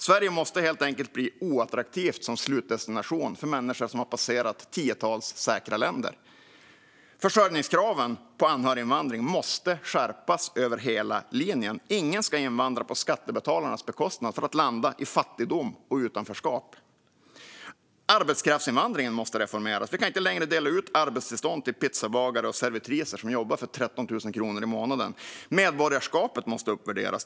Sverige måste helt enkelt bli oattraktivt som slutdestination för människor som har passerat tiotals säkra länder. Försörjningskraven på anhöriginvandring måste skärpas över hela linjen. Ingen ska invandra på skattebetalarnas bekostnad för att landa i fattigdom och utanförskap. Arbetskraftsinvandringen måste reformeras. Vi kan inte längre dela ut arbetstillstånd till pizzabagare och servitriser som jobbar för 13 000 kronor i månaden. Medborgarskapet måste uppvärderas.